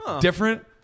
different